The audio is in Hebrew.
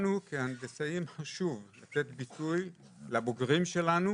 לנו כהנדסאים חשוב לתת ביטוי לבוגרים שלנו,